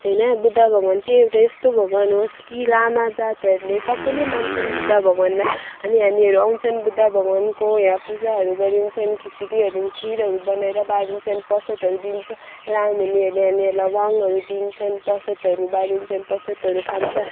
होइन बुद्ध भगवान चाहिँ एउटा यस्तो भगवान हो कि लामा जातहरूले सबैले मान्छन् बुद्ध भगवानलाई अनि हामीहरू आउँछन् बुद्ध भगवानको यहाँ पूजाहरू गरिन्छ खिचडीहरू खिरहरू बनाएर बाँढिन्छ प्रसादहरू दिन्छ लमिनीहरूले हामीहरूलाई वाङहरू दिन्छन् प्रसादहरू बाँढिन्छन् प्रसादहरू खाइन्छ